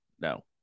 No